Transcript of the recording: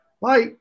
Bye